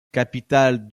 capitale